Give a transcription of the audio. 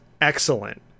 excellent